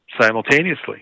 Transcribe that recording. simultaneously